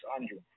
Andrew